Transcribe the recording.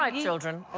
um children